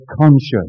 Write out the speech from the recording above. conscious